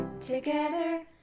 together